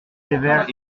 sévère